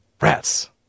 Rats